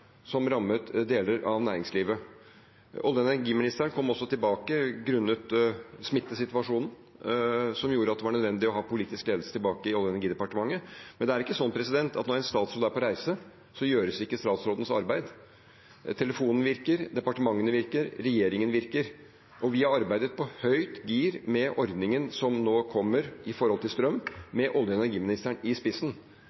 som rammet deler av næringslivet. Olje- og energiministeren kom også tilbake grunnet smittesituasjonen, som gjorde at det var nødvendig å ha politisk ledelse tilbake i Olje- og energidepartementet. Men det er ikke sånn at når en statsråd er på reise, så gjøres ikke statsrådens arbeid. Telefonen virker, departementene virker, regjeringen virker, og vi har arbeidet på høyt gir med ordningen som nå kommer når det gjelder strøm,